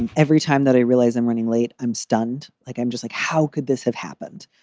and every time that i realize i'm running late, i'm stunned. like i'm just like, how could this have happened?